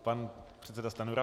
Pan předseda Stanjura.